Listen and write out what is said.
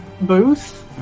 booth